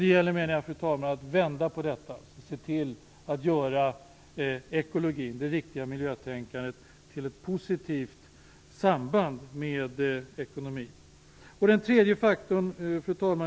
Det gäller, menar jag, att vända på detta och se till att det blir ett positivt samband mellan å ena sidan ekologin och det riktiga miljötänkandet och å andra sidan ekonomin. Fru talman!